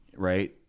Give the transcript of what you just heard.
Right